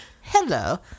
hello